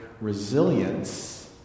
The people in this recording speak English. resilience